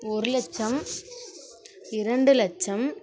ஒரு லட்சம் இரண்டு லட்சம்